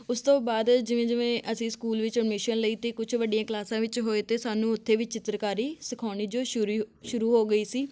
ਉਸ ਤੋਂ ਬਾਅਦ ਜਿਵੇਂ ਜਿਵੇਂ ਅਸੀਂ ਸਕੂਲ ਵਿੱਚ ਅਡਮਿਸ਼ਨ ਲਈ ਅਤੇ ਕੁਛ ਵੱਡੀਆਂ ਕਲਾਸਾਂ ਵਿੱਚ ਹੋਏ ਤਾਂ ਸਾਨੂੰ ਉੱਥੇ ਵੀ ਚਿੱਤਰਕਾਰੀ ਸਿਖਾਉਣੀ ਜੋ ਸ਼ੁਰੀ ਸ਼ੁਰੂ ਹੋ ਗਈ ਸੀ